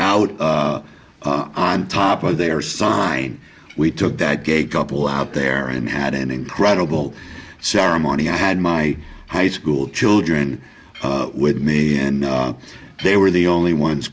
out on top of their sign we took that gay couple out there and had an incredible ceremony i had my high school children with me and they were the only ones